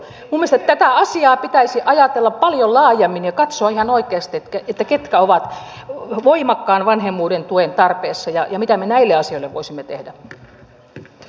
minun mielestäni tätä asiaa pitäisi ajatella paljon laajemmin ja katsoa ihan oikeasti ketkä ovat voimakkaan vanhemmuuden tuen tarpeessa ja mitä me näille asioille voisimme tehdä